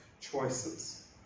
choices